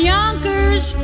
Yonkers